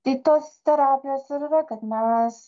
tai tos terapijos ir yra kad mes